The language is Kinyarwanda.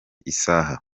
isaha